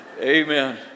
Amen